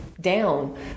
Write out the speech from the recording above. down